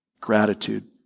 gratitude